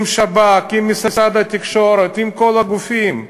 עם השב"כ, עם משרד התקשורת, עם כל הגופים.